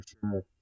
sure